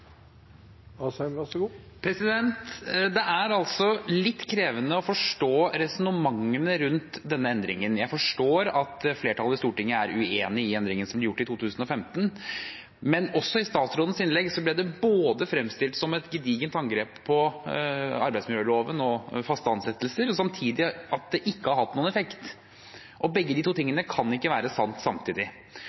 uenig i endringene som ble gjort i 2015, men også i statsrådens innlegg ble det fremstilt både som et gedigent angrep på arbeidsmiljøloven og faste ansettelser, og samtidig som at det ikke har hatt noen effekt. Begge de to tingene kan ikke være sanne samtidig.